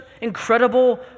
incredible